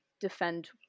defend